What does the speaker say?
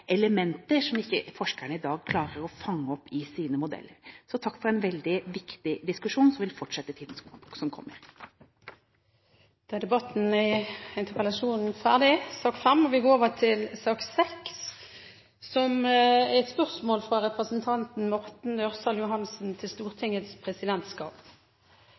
elementer som ikke forskerne i dag klarer å fange opp i sine modeller. Så takk for en veldig viktig diskusjon, som vil fortsette i tiden som kommer. Debatten i sak nr. 5 er dermed ferdig. I henhold til Stortingets forretningsorden § 67 får spørreren først 5 minutter, deretter får et